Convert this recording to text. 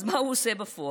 אז מה הוא עושה בפועל?